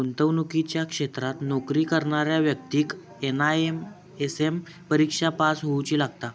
गुंतवणुकीच्या क्षेत्रात नोकरी करणाऱ्या व्यक्तिक एन.आय.एस.एम परिक्षा पास होउची लागता